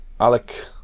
Alec